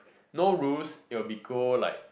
no rules it will be go like